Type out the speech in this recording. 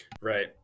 Right